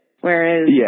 whereas